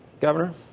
Governor